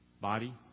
body